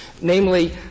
Namely